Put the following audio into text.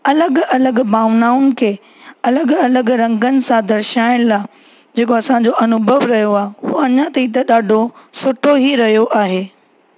अलॻि अलॻि भावनाउनि खे अलॻि अलॻि रंगनि सां दर्शाइण लाइ जेको असांजो अनुभव रहियो आहे उहो अञा ताईं त ॾाढो सुठो ई रहियो आहे